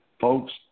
folks